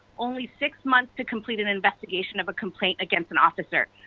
only six months to complete an investigation of a complaint against an officer.